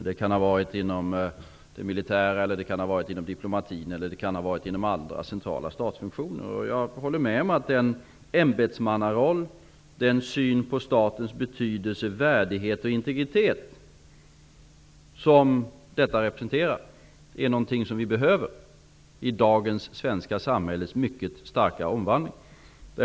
Det kan ha varit inom det militära, inom diplomatin eller inom andra centrala statsfunktioner. Jag håller med om att ämbetsmannarollen och den syn på statens betydelse, den värdighet och den integritet som rollen representerar är någonting som vi behöver i den mycket starka omvandling som dagens svenska samhälle genomgår.